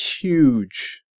huge